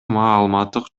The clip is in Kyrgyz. маалыматтык